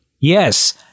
Yes